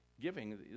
giving